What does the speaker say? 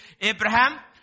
Abraham